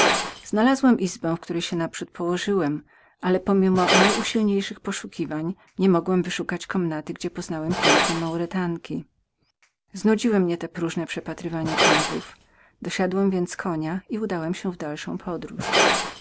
znalazłem izbę do której naprzód przybyłem ale pomimo najsilniejszych poszukiwań niemogłem wyszukać komnaty gdzie poznałem piękne maurytanki znudziły mnie te próżne przepatrywania kątów dosiadłem więc konia i udałem się w dalszą podróż